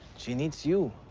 she needs you.